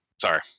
sorry